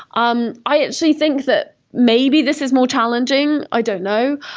um i actually think that maybe this is more challenging. i don't know.